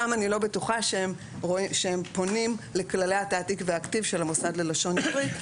שם אני לא בטוחה שהם פונים לכללי התעתיק והכתיב של המוסד ללשון עברית,